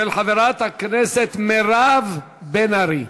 של חברת הכנסת מירב בן ארי,